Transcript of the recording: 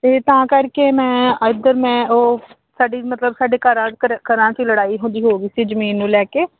ਇਹ ਤਾਂ ਕਰਕੇ ਮੈਂ ਇਧਰ ਮੈਂ ਉਹ ਸਾਡੀ ਮਤਲਬ ਸਾਡੇ ਘਰ ਘਰਾਂ ਚ ਲੜਾਈ ਹੁੰਦੀ ਹੋ ਗਈ ਸੀ ਜ਼ਮੀਨ ਨੂੰ ਲੈ ਕੇ